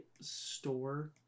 store